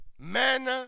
Men